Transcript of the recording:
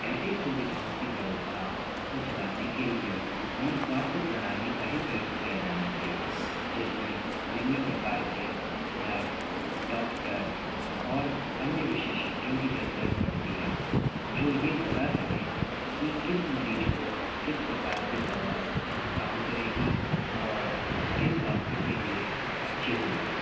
ऐसी सुविधाओं की व्यवस्था को चलाने के लिए हमें स्वास्थ्य प्रणाली का ही प्रयोग किया जाना चाहिए जिसमें निम्न प्रकार के नर्स डॉक्टर और अन्य विशेषज्ञों की जरूरत पड़ती है जो ये बता सकें कि किस मरीज को किस प्रकार की दवा काम करेगी और उसके स्वास्थ्य के लिए अच्छी होगी